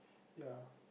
ya